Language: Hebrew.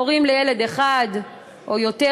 הורים לילד אחד או יותר,